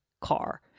car